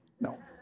No